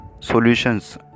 solutions